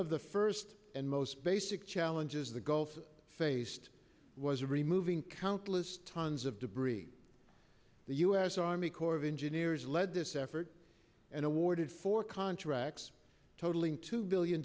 of the first and most basic challenges of the gulf faced was removing countless tons of debris the u s army corps of engineers lead this effort and awarded for contracts totaling two billion